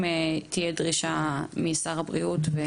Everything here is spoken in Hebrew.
אם תהיה דרישה כזאת משר הבריאות.